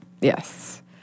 Yes